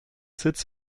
sitz